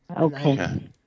Okay